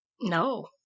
No